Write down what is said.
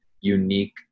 unique